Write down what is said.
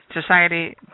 society